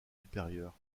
supérieures